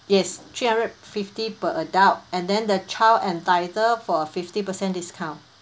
yes three hundred fifty per adult and then the child entitled for a fifty percent discount